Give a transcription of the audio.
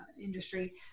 industry